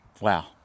Wow